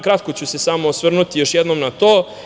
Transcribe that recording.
Kratko ću se samo osvrnuti još jednom na to.